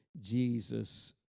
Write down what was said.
Jesus